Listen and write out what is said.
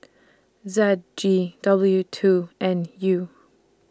Z G W two N U